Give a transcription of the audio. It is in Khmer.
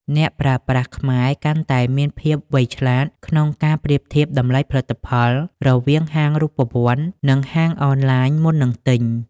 អ្នកប្រើប្រាស់ខ្មែរកាន់តែមានភាពវៃឆ្លាតក្នុងការប្រៀបធៀបតម្លៃផលិតផលរវាងហាងរូបវន្ត និងហាងអនឡាញមុននឹងទិញ។